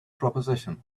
proposition